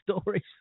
stories